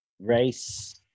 Race